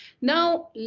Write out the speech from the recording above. Now